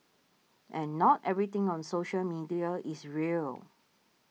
and not everything on social media is real